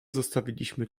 zostawiliśmy